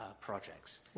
projects